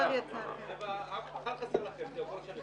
7. ההצעה לא התקבלה.